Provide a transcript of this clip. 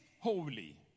holy